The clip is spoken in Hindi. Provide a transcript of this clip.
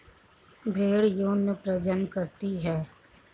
भेड़ यौन प्रजनन करती है